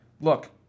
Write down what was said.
look